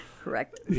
Correct